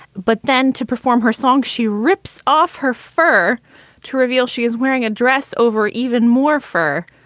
but then to perform her songs, she rips off her fur to reveal she is wearing a dress over even more fur,